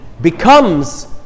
becomes